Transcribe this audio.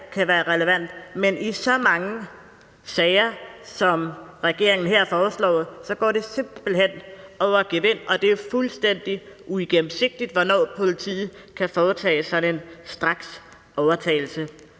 kan være relevant. Men i så mange sager, som regeringen her foreslår, går det simpelt hen over gevind, og det er fuldstændig uigennemsigtigt, hvornår politiet kan foretage sig den straksovertagelse.